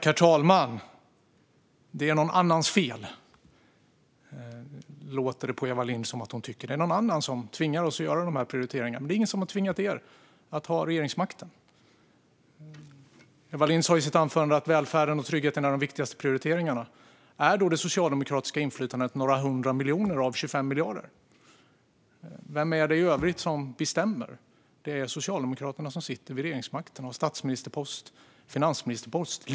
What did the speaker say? Herr talman! Det låter som att Eva Lindh tycker att det är någon annans fel och att någon annan tvingar dem att göra dessa prioriteringar. Men det är ingen som tvingar Socialdemokraterna att ha regeringsmakten. Eva Lindh sa i sitt anförande att välfärden och tryggheten är de viktigaste prioriteringarna. Är då det socialdemokratiska inflytandet några hundra miljoner av 25 miljarder? Vem är det i övrigt som bestämmer? Det är Socialdemokraterna som sitter vid regeringsmakten och har finansministerposten.